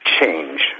change